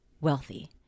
wealthy